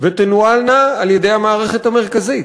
ותנוהלנה על-ידי המערכת המרכזית.